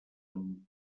amb